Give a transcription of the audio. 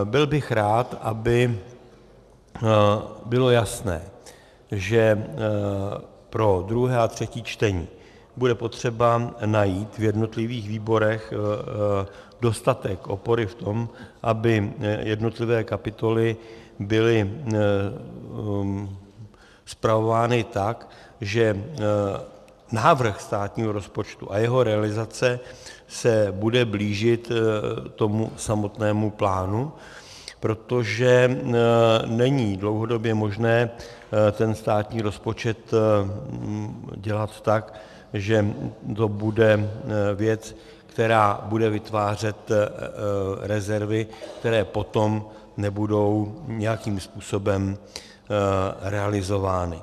Byl bych rád, aby bylo jasné, že pro druhé a třetí čtení bude potřeba najít v jednotlivých výborech dostatek opory v tom, aby jednotlivé kapitoly byly spravovány tak, že návrh státního rozpočtu a jeho realizace se bude blížit tomu samotnému plánu, protože není dlouhodobě možné ten státní rozpočet dělat tak, že to bude věc, která bude vytvářet rezervy, které potom nebudou nějakým způsobem realizovány.